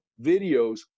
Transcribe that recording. videos